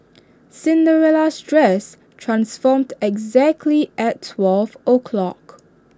Cinderella's dress transformed exactly at twelve o' clock